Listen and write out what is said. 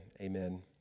amen